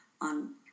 on